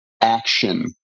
action